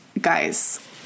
guys